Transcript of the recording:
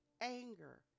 anger